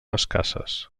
escasses